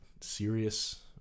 serious